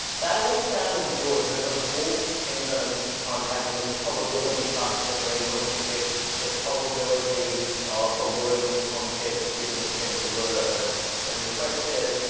that all sounded good but it was all dependent on having this probability function where you wanna predict the probability of a word in the context given the center word and the question is,